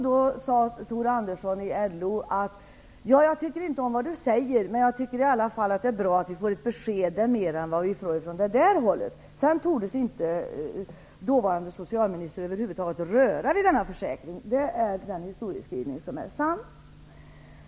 Då sade Tore Andersson från LO: Jag tycker inte om vad du säger. Men jag tycker i alla fall att det är bra att vi får ett besked. Det är mer än vi får från det där hållet. Efter detta tordes den dåvarande socialministern över huvud taget inte vidröra nämnda försäkring. Denna historieskrivning är sann.